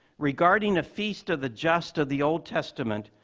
regarding a feast of the just of the old testament,